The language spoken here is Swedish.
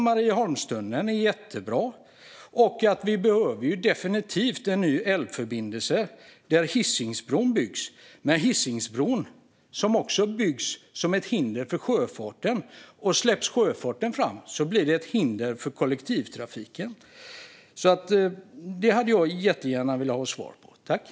Marieholmstunneln är till exempel jättebra, och vi behöver definitivt en ny älvförbindelse. Som Hisingsbron byggs blir den dock ett hinder för sjökollektivtrafiken. Detta hade jag jättegärna velat ha svar på.